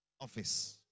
office